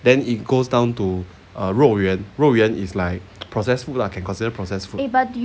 then it goes down to a 肉圆肉圆 is like processed food lah can consider processed food